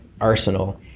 arsenal